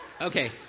Okay